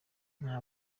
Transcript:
nta